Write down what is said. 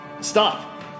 Stop